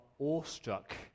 awestruck